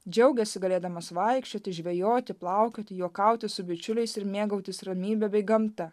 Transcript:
džiaugėsi galėdamas vaikščioti žvejoti plaukioti juokauti su bičiuliais ir mėgautis ramybe bei gamta